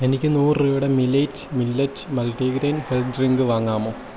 എനിക്ക് നൂറ് രൂപയുടെ millet millet multigrain health drink വാങ്ങാമോ